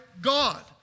God